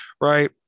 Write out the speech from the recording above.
right